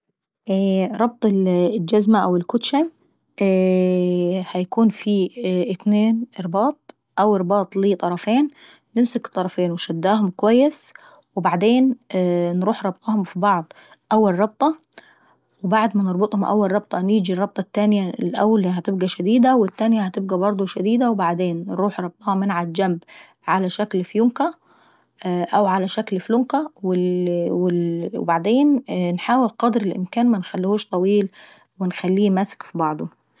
ربط الجزمة او الكوتشاي هيكون في اتنين رباط، أو رباط ليه طرفين، نمسك الطرفين وشداهم اكويس وبعدين انروح ربطاهم اف بعض أول ربطة. وبعد ما نربطهم اول ربطة نيجاي الربطة التانية هتكون شديدة وبعدين انوح ربطاه من ع الجنب ع شكل فيونكة او على شكل فلونكة وبعدين انحاول قدر الامكان منخليهوش طويل وانخليه ماسك ف بعضه. ،